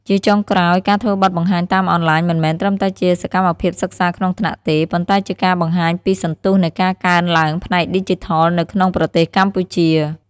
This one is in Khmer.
ជាចុងក្រោយ ការធ្វើបទបង្ហាញតាមអនឡាញមិនមែនត្រឹមតែជាសកម្មភាពសិក្សាក្នុងថ្នាក់ទេ ប៉ុន្តែជាការបង្ហាញពីសន្ទុះនៃការកើនឡើងផ្នែកឌីជីថលនៅក្នុងប្រទេសកម្ពុជា។